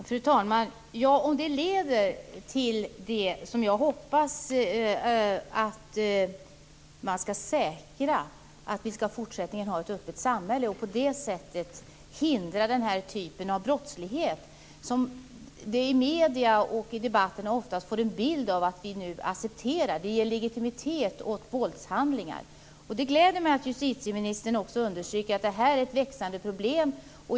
Fru talman! Ja, om det leder till det som jag hoppas, nämligen att man skall säkra att vi i fortsättningen skall ha ett öppet samhälle och på det sättet hindra den här typen av brottslighet. I medierna och i debatten får man ofta en bild av att vi nu accepterar detta. Det ger legitimitet åt våldshandlingar. Det gläder mig att justitieministern också understryker att det här är ett växande problem.